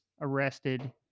arrested